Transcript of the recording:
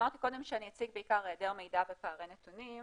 אמרתי קודם שאני אציג בעיקר היעדר מידע ופערי נתונים,